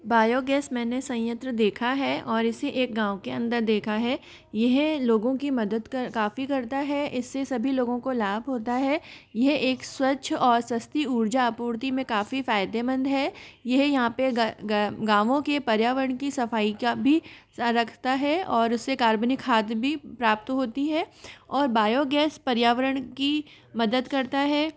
bio gas मैंने संयंत्र देखा है और इसे एक गाँव के अंदर देखा है यह लोगों की मदद कर काफ़ी करता है इस से सभी लोगों को लाभ होता है यह एक स्वच्छ और सस्ती ऊर्जा आपूर्ति में काफ़ी फ़ीयदेमंद है यह यहाँ पर गाँवों के पर्यावरण की सफ़ाई का भी स रखता है और उस से कार्बनिक खाद भी प्राप्त होती है और बायो गैस पर्यावरण की मदद करता है